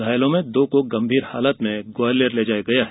घायलों में दो को गंभीर हालत में ग्वालियर ले जाया गया है